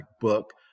book